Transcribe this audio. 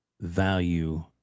value